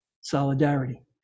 solidarity